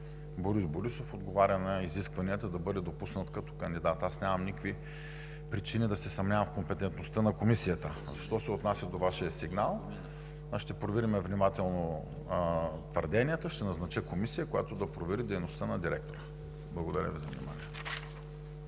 Борис Борисов отговаря на изискванията да бъде допуснат като кандидат. Аз нямам никакви причини да се съмнявам в компетентността на комисията. Що се отнася до Вашия сигнал, ще проверим внимателно твърденията и ще назнача комисия, която да провери дейността на директора. Благодаря Ви за вниманието.